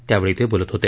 त्यावेळी ते बोलत होते